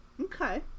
okay